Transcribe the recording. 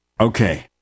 Okay